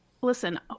listen